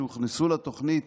שהוכנסו לתוכנית